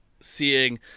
seeing